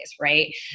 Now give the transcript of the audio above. Right